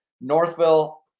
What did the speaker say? Northville